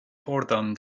pordon